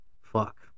fuck